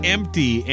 Empty